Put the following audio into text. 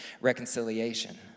reconciliation